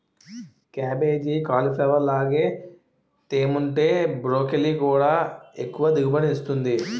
cabbage, cauliflower లాగే తేముంటే broccoli కూడా ఎక్కువ దిగుబడినిస్తుంది